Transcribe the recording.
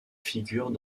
figurent